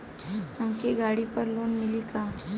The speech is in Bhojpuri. हमके गाड़ी पर लोन मिली का?